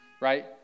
right